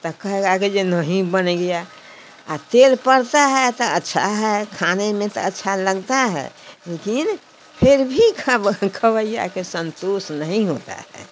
तो कहेगा कि जो नहीं बनेगीया आ तेल पड़ता है तो अच्छा है खाने में तो अच्छा लगता है लेकिन फिर भी खब खबैया के संतोष नहीं होता है